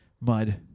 mud